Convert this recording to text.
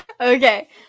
Okay